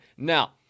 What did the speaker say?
Now